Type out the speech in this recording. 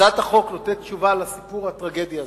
הצעת החוק נותנת תשובה לסיפור הטרגי הזה.